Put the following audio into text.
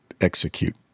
execute